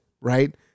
right